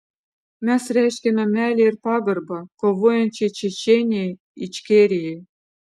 mes reiškiame meilę ir pagarbą kovojančiai čečėnijai ičkerijai